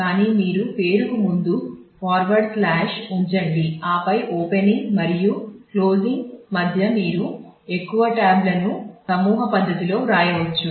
దీనికి ఓపెనింగ్ సమూహ పద్ధతిలో వ్రాయవచ్చు